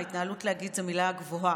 "ההתנהלות" זה להגיד את המילה הגבוהה,